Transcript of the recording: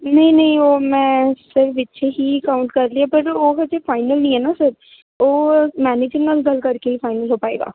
ਨਹੀਂ ਨਹੀਂ ਉਹ ਮੈਂ ਵਿੱਚ ਹੀ ਕਾਊਂਟ ਕਰ ਲਈ ਪਰ ਉਹ ਅਜੇ ਫਾਈਨਲ ਨਹੀਂ ਹੈ ਨਾ ਉਹ ਮੈਨੇਜਰ ਨਾਲ ਗੱਲ ਕਰਕੇ ਫਾਈਨਲ ਹੋ ਪਾਏਗਾ